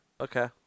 Okay